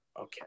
Okay